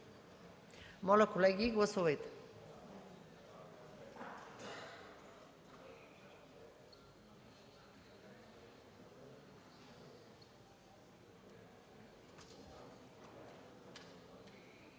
Моля, колеги, гласувайте.